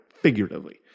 Figuratively